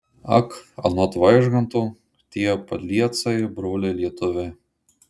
ak anot vaižganto tie padliecai broliai lietuviai